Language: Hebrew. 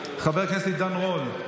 חבר הכנסת עידן רול,